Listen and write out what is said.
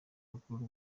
rukuru